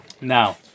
Now